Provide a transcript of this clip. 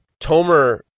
Tomer